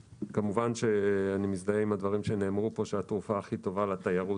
כמובן שאני מזדהה עם הדברים שנאמרו פה שהתרופה הכי טובה לתיירות